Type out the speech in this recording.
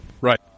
Right